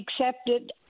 accepted